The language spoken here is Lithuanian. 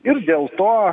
ir dėl to